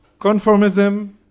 conformism